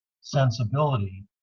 sensibility